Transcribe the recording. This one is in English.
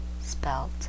spelt